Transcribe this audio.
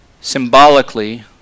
symbolically